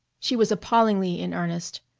she was appallingly in earnest.